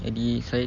jadi saya